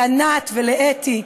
לענת ולאתי,